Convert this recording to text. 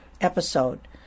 episode